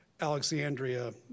Alexandria